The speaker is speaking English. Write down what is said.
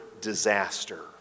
disaster